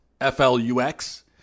F-L-U-X